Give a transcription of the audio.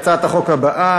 להצעת החוק הבאה.